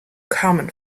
carmen